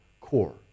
core